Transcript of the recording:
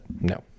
no